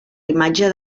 imatge